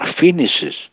finishes